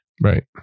Right